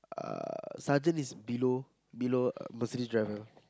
uh sergeant is below below Mercedes driver